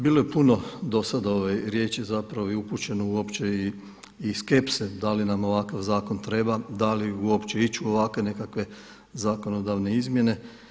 Bilo je puno do sada riječi zapravo i upućeno uopće i skepse da li nam ovakav zakon treba, da li uopće ići u ovakve nekakve zakonodavne izmjene.